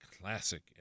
Classic